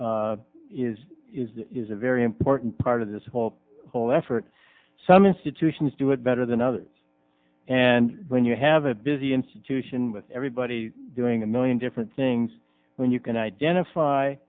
is is a very important part of this whole whole effort some institutions do it better than others and when you have a busy institution with everybody doing a million different things when you can identify